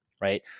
Right